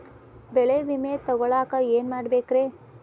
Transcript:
ಬೆಳೆ ವಿಮೆ ತಗೊಳಾಕ ಏನ್ ಮಾಡಬೇಕ್ರೇ?